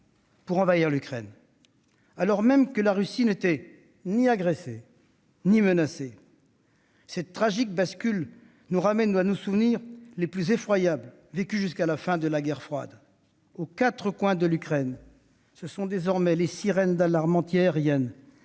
pour envahir l'Ukraine, alors même que la Russie n'était ni agressée ni menacée. Cette tragique bascule nous ramène à nos souvenirs les plus effroyables de la guerre froide. Aux quatre coins de l'Ukraine, ce sont désormais les sirènes d'alarme antiaérienne,